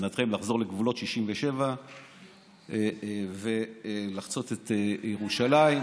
מבחינתכם לחזור לגבולות 67' ולחצות את ירושלים וכו'